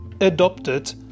adopted